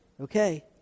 okay